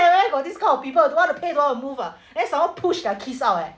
got this kind of people don't want to pay don't want to move ah then someone push their kids out leh